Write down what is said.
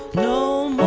no